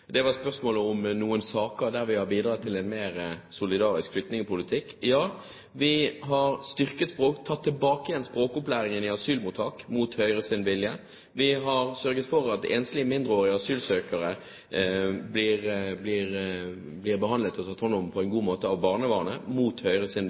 det er blitt en lang talerliste etter meg også. Jeg skulle svare Michael Tetzschner på et spørsmål som jeg ikke fikk svart på i replikken min, spørsmålet om noen saker der vi har bidratt til mer solidarisk flyktningpolitikk. Ja, vi har tatt tilbake språkopplæringen i asylmottak – mot Høyres vilje. Vi har sørget for at enslige mindreårige asylsøkere blir tatt